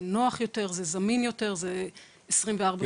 זה נוח יותר, זה זמין יותר זה 24 שעות.